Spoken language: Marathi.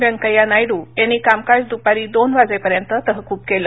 वेंकय्या नायड्र यांनी कामकाज दुपारी दोन वाजेपर्यंत तहकूब केल